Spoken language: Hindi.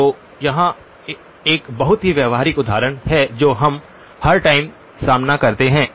तो यहाँ एक बहुत ही व्यावहारिक उदाहरण है जो हम हर टाइम सामना करते हैं